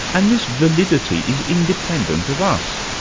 and this validity is independent of us.